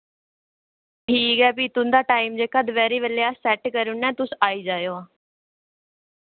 ठीक ऐ फ्ही तुं'दा टाइम जेह्का दपैह्री बेल्लै अस सेट्ट करूनेआं तुस आई जाएओ